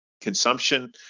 consumption